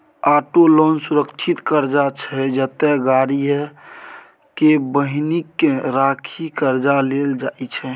auto loan सुरक्षित करजा छै जतय गाड़ीए केँ बन्हकी राखि करजा लेल जाइ छै